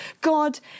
God